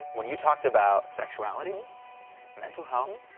when you talked about sexuality mental health um